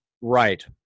Right